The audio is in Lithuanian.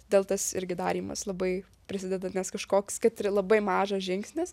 todėl tas irgi darymas labai prisideda nes kažkoks kad ir labai mažas žingsnis